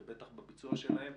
ובטח בביצוע שלהם.